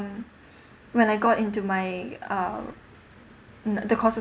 when I got into my uh mm the course of